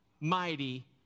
mighty